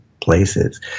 places